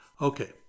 Okay